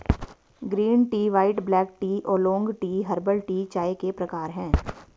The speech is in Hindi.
green tea white black tea oolong tea herbal tea चाय के प्रकार है